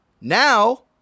Now